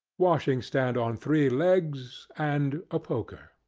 washing-stand on three legs, and a poker.